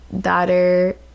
daughter